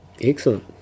Excellent